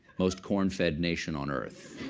most corn-fed nation on earth.